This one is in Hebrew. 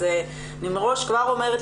אז אני אומרת כבר מראש,